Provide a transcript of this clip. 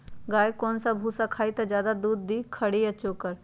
गाय कौन सा भूसा खाई त ज्यादा दूध दी खरी या चोकर?